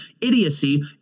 idiocy